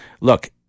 Look